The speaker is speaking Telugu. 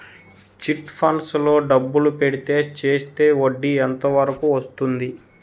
చిట్ ఫండ్స్ లో డబ్బులు పెడితే చేస్తే వడ్డీ ఎంత వరకు వస్తుంది?